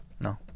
no